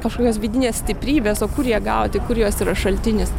kažkokios vidinės stiprybės o kur ją gauti kur jos yra šaltinis